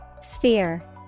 Sphere